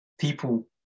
People